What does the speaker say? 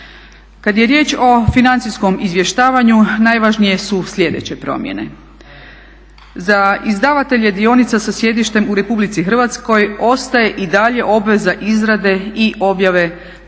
Kad je riječ o financijskom izvještavanju najvažnije su sljedeće promjene. Za izdavatelje dionica sa sjedištem u Republici Hrvatskoj ostaje i dalje obveza izrade i objave tromjesečnog